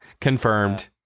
Confirmed